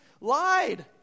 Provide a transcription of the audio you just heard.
lied